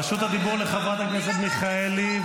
רשות הדיבור לחברת הכנסת מיכאלי,